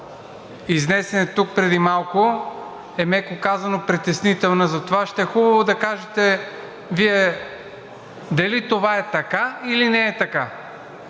изнесена тук преди малко, е, меко казано, притеснителна. Затова ще е хубаво да кажете Вие дали това е така, или не е така,